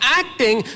acting